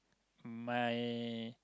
my